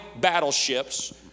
battleships